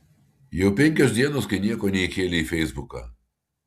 jau penkios dienos kai nieko neįkėlei į feisbuką